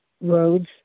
roads